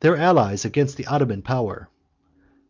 their allies against the ottoman power